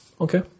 Okay